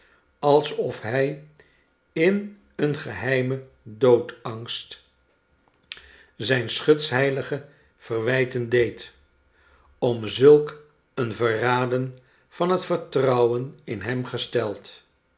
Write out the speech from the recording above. alsof hij in een geheimen doodsangst zijn schutsheilige verwijten deed om zulk een verraden van het vertrouwen in hem gesteld